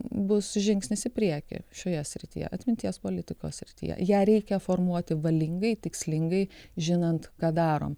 bus žingsnis į priekį šioje srityje atminties politikos srityje ją reikia formuoti valingai tikslingai žinant ką darom